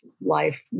life